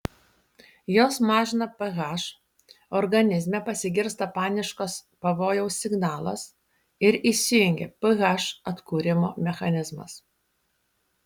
jos mažina ph organizme pasigirsta paniškas pavojaus signalas ir įsijungia ph atkūrimo mechanizmas